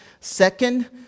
Second